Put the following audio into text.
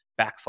backslash